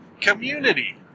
Community